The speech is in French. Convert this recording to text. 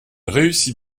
réussit